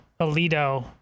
alito